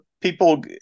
people